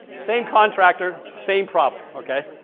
same contractor same problem okay.